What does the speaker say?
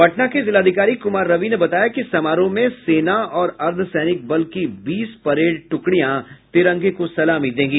पटना के जिलाधिकारी कुमार रवि ने बताया कि समारोह में सेना और अर्द्वसैनिक बल की बीस परेड ट्रकड़ियां तिरंगे को सलामी देंगी